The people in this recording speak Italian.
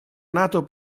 nato